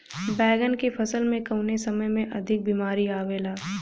बैगन के फसल में कवने समय में अधिक बीमारी आवेला?